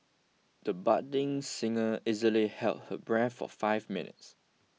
he budding singer easily held her breath for five minutes